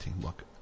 Look